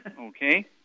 Okay